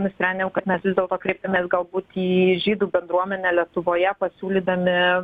nusprendėm kad mes vis dėlto kreipsimės galbūt į žydų bendruomenę lietuvoje pasiūlydami